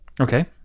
Okay